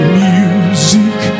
music